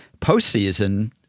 postseason